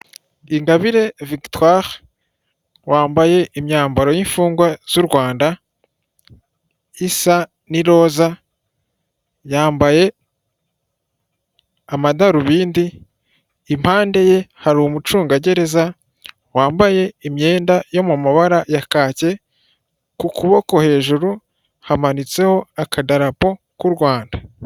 Mu rukiko, Ingire Victoire yambaye imyenda y'iroza yambikwa abagororwa. Yambaye kandi amadarobindi, kandi yiyogoshesheje umusatsi. Hirya ye hari umucungagereza wambaye impuzankano y'akazi.